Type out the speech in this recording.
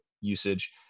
usage